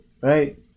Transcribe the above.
right